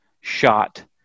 shot